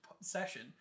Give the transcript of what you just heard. session